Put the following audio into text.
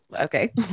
okay